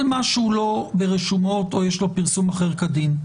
כל מה שהוא לא ברשומות או שיש לו פרסום אחר כדין,